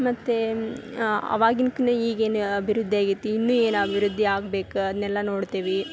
ಮತ್ತು ಅವಾಗಿನ್ಕಿನ ಈಗ ಏನು ಅಭಿವೃದ್ಧಿ ಆಗೈತಿ ಇನ್ನು ಏನು ಅಭಿವೃದ್ಧಿ ಆಗ್ಬೇಕು ಅದ್ನೆಲ್ಲ ನೋಡ್ತೆವಿ